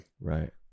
Right